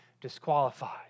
disqualified